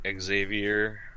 Xavier